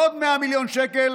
עוד 100 מיליון שקל